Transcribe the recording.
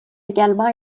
également